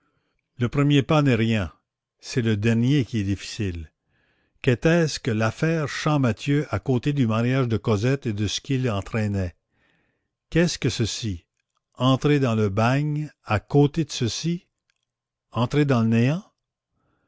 le premier pas n'est rien c'est le dernier qui est difficile qu'était-ce que l'affaire champmathieu à côté du mariage de cosette et de ce qu'il entraînait qu'est-ce que ceci entrer dans le bagne à côté de ceci entrer dans le néant